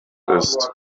ist